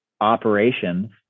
operations